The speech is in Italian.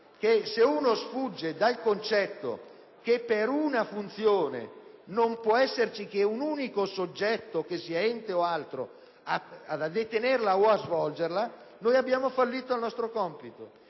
se si sfugge dal concetto che per una funzione non può esserci che un unico soggetto (che sia ente o altro) a detenerla o svolgerla, abbiamo fallito il nostro compito.